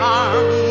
arm